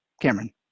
Cameron